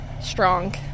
strong